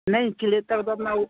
नहीं क़िले तक तो अपना वो